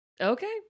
Okay